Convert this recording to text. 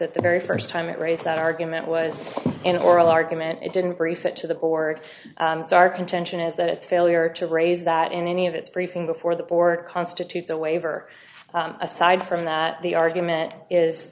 that the very st time it raised that argument was an oral argument it didn't brief it to the board so our contention is that its failure to raise that in any of its briefing before the board constitutes a waiver aside from that the argument is